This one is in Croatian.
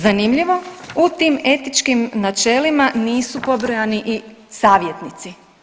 Zanimljivo u tim etičkim načelima nisu pobrojani i savjetnici.